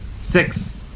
Six